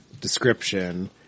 description